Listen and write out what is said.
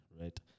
right